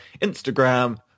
Instagram